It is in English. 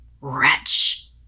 Wretch